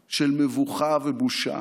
של מבוכה ובושה: